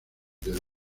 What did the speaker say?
del